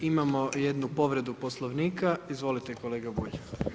Imamo jednu povredu poslovnika, izvolite kolega Bulj.